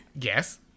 Yes